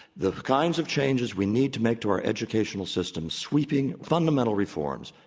the kinds of changes we need to make to our educational system, sweeping, fundamental reforms,